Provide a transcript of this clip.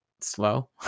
slow